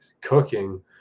cooking